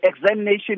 examination